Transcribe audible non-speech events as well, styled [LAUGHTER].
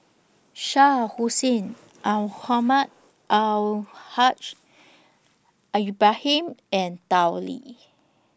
Shah Hussain [UNINTELLIGIBLE] Al Haj Ibrahim and Tao Li